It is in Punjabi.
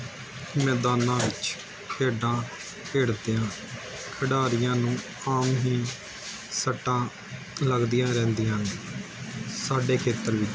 ਮੈਦਾਨ ਵਿੱਚ ਖੇਡਾਂ ਖੇਡਦਿਆਂ ਖਿਡਾਰੀਆਂ ਨੂੰ ਆਮ ਹੀ ਸੱਟਾਂ ਲੱਗਦੀਆਂ ਰਹਿੰਦੀਆਂ ਨੇ ਸਾਡੇ ਖੇਤਰ ਵਿੱਚ